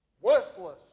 Worthless